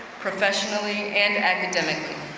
professionally, and academically.